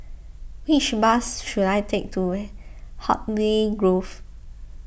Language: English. which bus should I take to Hartley Grove